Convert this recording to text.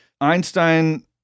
Einstein